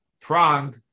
prong